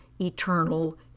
eternal